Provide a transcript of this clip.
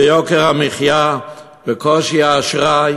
יוקר המחיה וקושי האשראי,